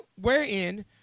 wherein